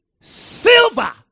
silver